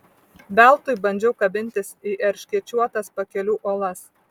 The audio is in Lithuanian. veltui bandžiau kabintis į erškėčiuotas pakelių uolas